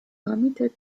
committed